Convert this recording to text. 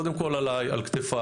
קודם כל עליי, על כתפיי